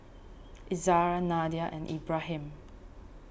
Izzara Nadia and Ibrahim